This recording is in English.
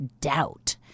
doubt